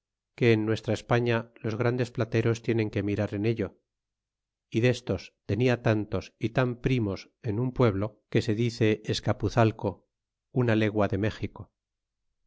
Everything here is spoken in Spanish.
que en nuestra espaüa los grandes plateros tienen que mirar en ello y destos tenia tantos y tan primos en un pueblo que se dice escapuzalco una legua de méxico